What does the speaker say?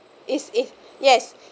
is if yes